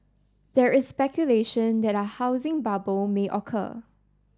there is speculation that a housing bubble may occur